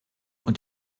und